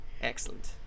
Excellent